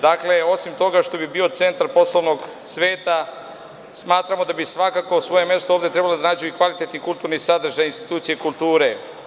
Dakle, osim toga što bi bio centar poslovnog sveta, smatramo da bi svakako svoje mesto ovde trebalo da nađu i kvalitetni i kulturni sadržaji institucija kulture.